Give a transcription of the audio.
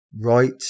Right